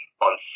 on